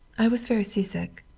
i was very seasick.